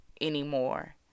anymore